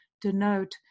denote